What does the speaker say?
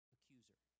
Accuser